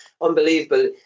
Unbelievable